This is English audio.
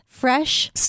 Fresh